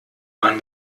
man